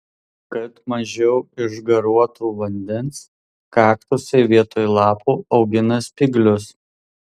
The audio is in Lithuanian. kad mažiau išgaruotų vandens kaktusai vietoj lapų augina spyglius